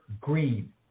green